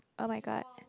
[oh]-my-god